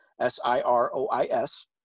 S-I-R-O-I-S